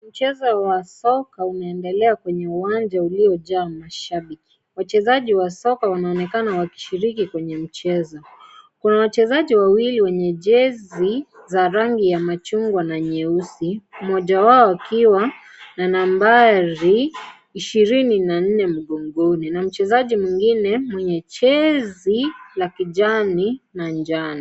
Mchezo wa soka umeendelea kwenye uwanja uliojaa mashabiki wachezaji wa soka wanaonekana wakishiriki kwenye michezo kuna wachezaji wawili wenye jesi za rangi ya machungwa na nyeusi mmoja wao akiwa na nambari ishirini na nne mgongoni na mchezaji mwingine mwenye jezi la kijani na njano.